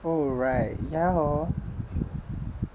oh right ya hor